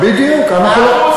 בדיוק.